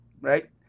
right